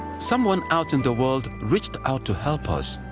someone out in the world reached out to help us.